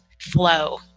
flow